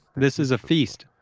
this is a feast.